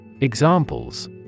Examples